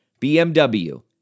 BMW